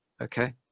okay